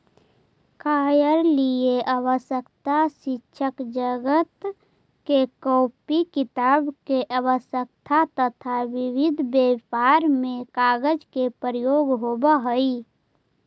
कार्यालयीय आवश्यकता, शिक्षाजगत में कॉपी किताब के आवश्यकता, तथा विभिन्न व्यापार में कागज के प्रयोग होवऽ हई